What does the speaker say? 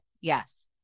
yes